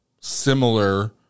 similar